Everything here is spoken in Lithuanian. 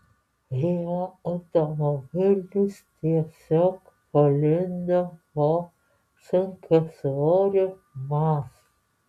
jo automobilis tiesiog palindo po sunkiasvoriu maz